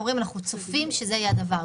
הם אומרים, אנחנו צופים שזה יהיה הדבר.